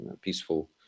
peaceful